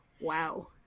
wow